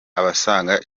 abasaga